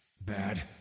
Bad